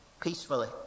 peacefully